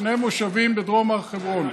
שני מושבים בדרום הר חברון,